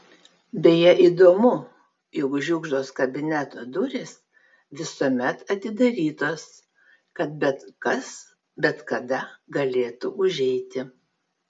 beje įdomu jog žiugždos kabineto durys visuomet atidarytos kad bet kas bet kada galėtų užeiti